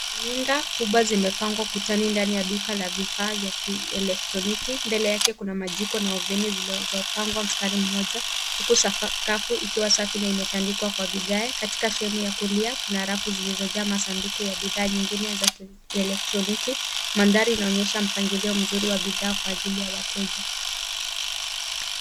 Runinga kubwa zimepangwa kutani ndani ya duka kubwa la vifaa vya kieletroniki Mbele yake kuna majiko na oveni zilizopangwa mstari mmoja huku sakafu ikiwa safi na imetandikwa kwa vigae. Katika sehemu ya kulia kuna rafu zilizojaa masanduku ya bidhaa nyingine ya kieletroniki. Mandhari inaonyesha mpangilio mzuri wa bidhaa kwa ajili ya wateja.